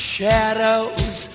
Shadows